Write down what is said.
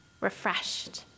refreshed